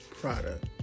product